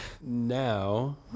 now